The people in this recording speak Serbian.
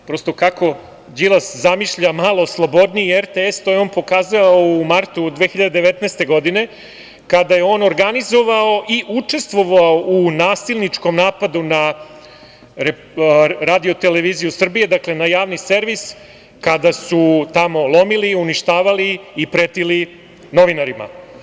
Kako Đilas zamišlja malo slobodniji RTS on je pokazao u martu 2019. godine kada je on organizovao i učestvovao u nasilničkom napadu na RTS, dakle, na Javni servis kada su tamo lomili i uništavali i pretili novinarima.